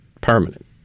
permanent